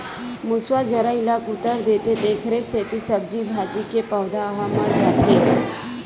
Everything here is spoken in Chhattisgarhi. मूसवा जरई ल कुतर देथे तेखरे सेती सब्जी भाजी के पउधा ह मर जाथे